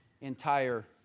entire